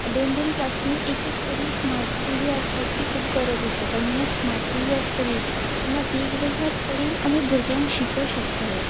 दोन दोन क्लासींनी एक एक तरी स्मार्ट टीवी आसपाची खूब गरज आसा कारण जेन्ना स्मार्ट टीवी आसतली तेन्ना वेगवेगळ्या तरेन आमी भुरग्यांक शिकोवंक शकतले